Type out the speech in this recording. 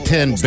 Ten